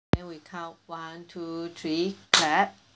then we count one two three clap